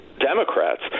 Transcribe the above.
Democrats